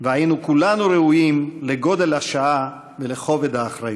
והיינו כולנו ראויים לגודל השעה ולכובד האחריות".